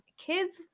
kids